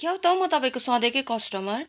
क्या हो त म तपाईँको सधैँकै कस्टमर